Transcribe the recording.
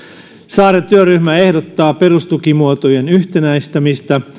saaren työryhmä ehdottaa perustukimuotojen yhtenäistämistä